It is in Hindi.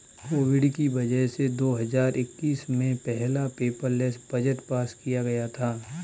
कोविड की वजह से दो हजार इक्कीस में पहला पेपरलैस बजट पास किया गया था